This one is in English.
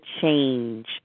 change